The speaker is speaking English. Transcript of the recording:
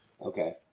Okay